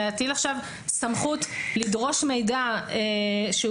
להטיל עכשיו סמכות לדרוש מידע שהוא